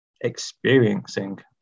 experiencing